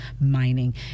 mining